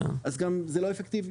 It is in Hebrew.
אז זה לא אפקטיבי.